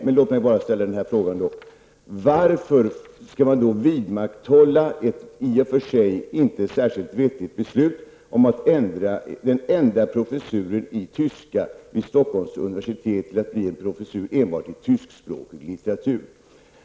Nej, låt mig då bara ställa frågan: Varför skall man då vidmakthålla ett i och för sig inte särskilt vettigt beslut om att ändra den enda professuren i tyska vid Stockholms universitet till att bli en professur enbart i tyskspråkig litteratur?